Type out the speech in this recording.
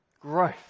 growth